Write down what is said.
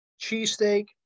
cheesesteak